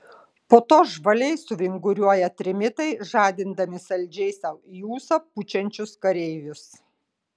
po to žvaliai suvinguriuoja trimitai žadindami saldžiai sau į ūsą pučiančius kareivius